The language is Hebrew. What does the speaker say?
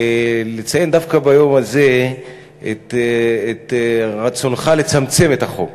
לציין דווקא ביום הזה את רצונך לצמצם את החוק,